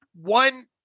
one